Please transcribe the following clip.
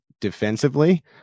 defensively